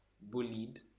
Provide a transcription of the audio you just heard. bullied